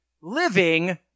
living